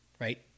right